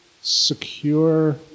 secure